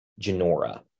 Genora